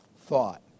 thought